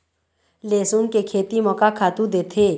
लेसुन के खेती म का खातू देथे?